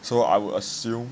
so I would assume